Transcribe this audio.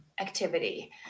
activity